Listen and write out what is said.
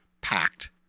packed